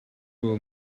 will